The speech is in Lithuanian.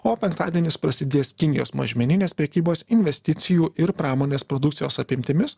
o penktadienis prasidės kinijos mažmeninės prekybos investicijų ir pramonės produkcijos apimtimis